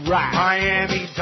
Miami